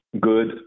good